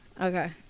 okay